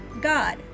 god